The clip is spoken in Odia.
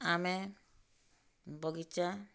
ଆମେ ବଗିଚା